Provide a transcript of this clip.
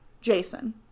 Jason